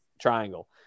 triangle